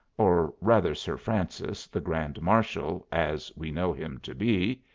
or rather sir francis, the grand marshal, as we know him to be,